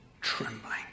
trembling